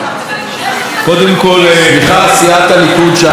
סליחה, סיעת הליכוד שם, אני מבקש מכם לא לצעוק.